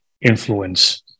influence